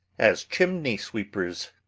as chimney-sweepers,